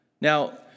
Now